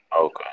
Okay